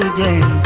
and da